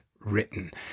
written